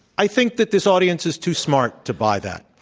i think that this audience is too smart to buy that.